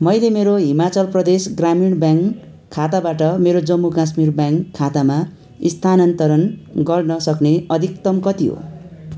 मैले मेरो हिमाचल प्रदेश ग्रामीण ब्याङ्क खाताबाट मेरो जम्मू काश्मीर ब्याङ्क खातामा स्थानान्तरण गर्न सक्ने अधिकतम कति हो